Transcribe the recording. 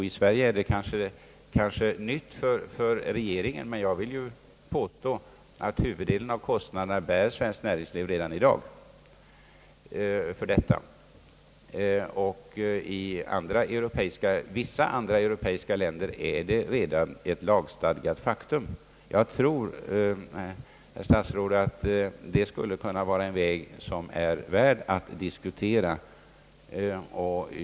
I Sverige är det kanske nytt för regeringen, men jag kan påstå att huvuddelen av kostnaderna för detta redan i dag bärs av svenskt näringsliv, och i vissa andra europeiska länder är det redan ett lagstadgat faktum. Jag tror, herr statsråd, att detta skulle kunna vara en utväg som är värd att diskutera.